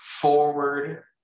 forward